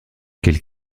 qu’elle